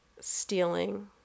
stealing